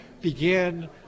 Begin